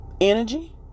Energy